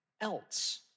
else